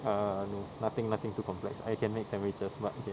err no nothing nothing too complex I can make sandwiches but okay